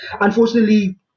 unfortunately